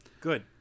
good